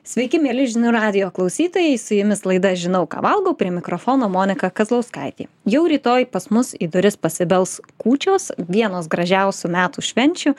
sveiki mieli žinių radijo klausytojai su jumis laida žinau ką valgau prie mikrofono monika kazlauskaitė jau rytoj pas mus į duris pasibels kūčios vienos gražiausių metų švenčių